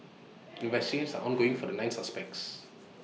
investigations are ongoing for the mine suspects